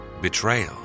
betrayal